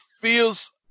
feels